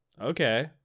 Okay